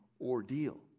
ordeal